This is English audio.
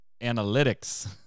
analytics